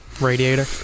Radiator